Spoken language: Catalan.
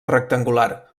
rectangular